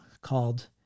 called